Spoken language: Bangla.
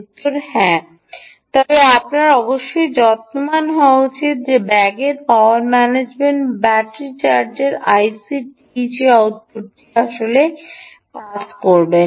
উত্তর হ্যাঁ তবে আপনার অবশ্যই যত্নবান হওয়া উচিত যে আপনি ব্যাগের পাওয়ার ম্যানেজমেন্ট বা ব্যাটারি চার্জিং আইসিতে টিইজি আউটপুটটি আসলেই পাস করবেন